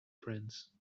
friends